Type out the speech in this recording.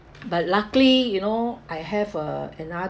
but luckily you know I have uh another